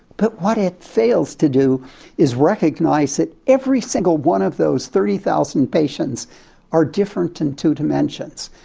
but what it fails to do is recognise that every single one of those thirty thousand patients are different in two dimensions.